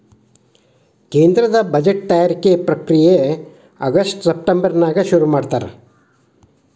ಕೇಂದ್ರ ಬಜೆಟ್ ತಯಾರಿಕೆ ಪ್ರಕ್ರಿಯೆ ಆಗಸ್ಟ್ ಸೆಪ್ಟೆಂಬರ್ನ್ಯಾಗ ಶುರುಮಾಡ್ತಾರ